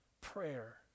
prayer